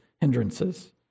hindrances